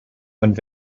und